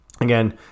again